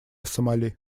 сомали